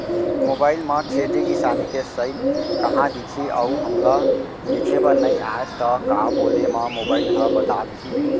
Mobile म खेती किसानी के साइट कहाँ दिखही अऊ हमला लिखेबर नई आय त का बोले म मोबाइल ह बता दिही?